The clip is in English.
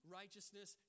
righteousness